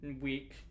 week